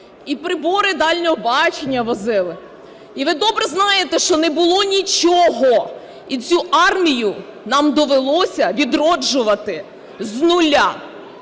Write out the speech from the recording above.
І прибори дальнього бачення возили. І ви добре знаєте, що не було нічого, і цю армію нам довелося відроджувати з нуля.